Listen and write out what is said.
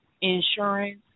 insurance